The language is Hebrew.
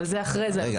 אבל זה אחרי זה אתה אומר.